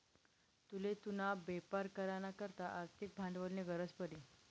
तुले तुना बेपार करा ना करता आर्थिक भांडवलनी गरज पडी